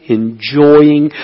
enjoying